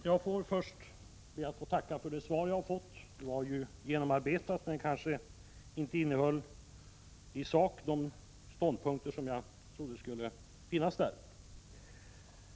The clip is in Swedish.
Herr talman! Först ber jag att få tacka för det svar jag har fått. Det var väl genomarbetat, men innehöll kanske inte i sak de ståndpunkter som jag trodde skulle finnas där.